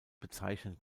bezeichnen